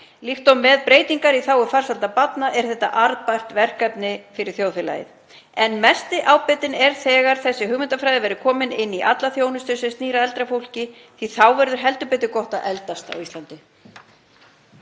Líkt og með breytingar í þágu farsældar barna er þetta arðbært verkefni fyrir þjóðfélagið en mesti ábatinn er þegar þessi hugmyndafræði verður komin inn í alla þjónustu sem snýr að eldra fólki því þá verður heldur betur gott að eldast á Íslandi.